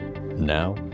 Now